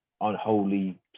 unholy